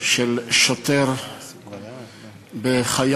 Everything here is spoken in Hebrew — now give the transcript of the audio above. של שוטר בחייל,